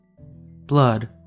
Blood